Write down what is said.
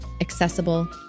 accessible